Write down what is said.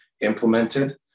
implemented